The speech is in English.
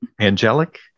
Angelic